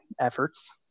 efforts